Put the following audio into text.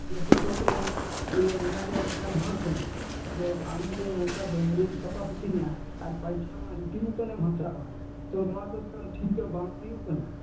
ᱞᱟᱹᱴᱩ ᱯᱚᱫ ᱨᱮᱱ ᱤᱭᱟᱹ ᱢᱮᱱᱮᱡᱟᱨ ᱞᱮᱠᱟᱱ ᱦᱚᱲ ᱠᱟᱹᱱᱟᱹᱧ ᱟᱫᱚ ᱟᱢ ᱡᱮ ᱱᱚᱝᱠᱟ ᱫᱮᱢᱟᱹᱨᱭᱟᱹᱢ ᱥᱟᱯᱦᱟ ᱠᱟᱹᱛᱤᱧᱟ ᱟᱨ ᱯᱚᱭᱥᱟ ᱢᱟ ᱨᱤᱛᱤ ᱢᱚᱛᱚᱱᱮᱢ ᱦᱟᱛᱟᱣᱟ ᱛᱚ ᱱᱚᱣᱟ ᱫᱚ ᱛᱚ ᱴᱷᱤᱠ ᱫᱚ ᱵᱟᱝ ᱦᱩᱭᱩᱜ ᱠᱟᱱᱟ